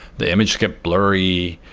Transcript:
the image get blurry.